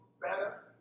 Better